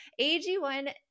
AG1